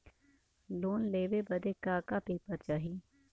Loan लेवे बदे का का पेपर चाही?